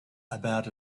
about